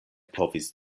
povis